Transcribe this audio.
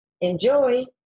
Enjoy